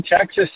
Texas